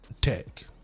Tech